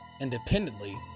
independently